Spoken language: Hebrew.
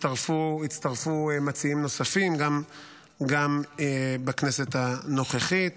הצטרפו מציעים נוספים, גם בכנסת הנוכחית.